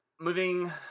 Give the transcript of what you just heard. Moving